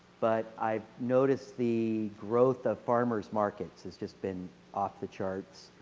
but i noticed the growth of farmer's markets has just been off the charts.